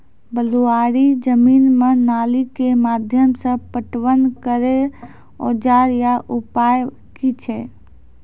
बलूआही जमीन मे नाली के माध्यम से पटवन करै औजार या उपाय की छै?